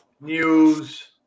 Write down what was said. news